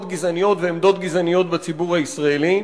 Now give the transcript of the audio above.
גזעניות ועמדות גזעניות בציבור הישראלי,